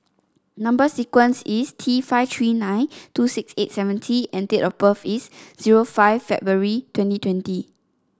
number sequence is T five three nine two six eight seven T and date of birth is zero five February twenty twenty